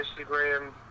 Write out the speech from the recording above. Instagram